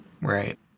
right